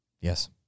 Yes